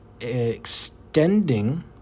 extending